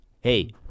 Hey